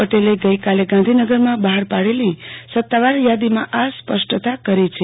પટેલે આજે ગાંધીનગરમાં બહાર પાડેલી સતાવાર યાદોમાં આ સ્પષ્ટતા કરી છે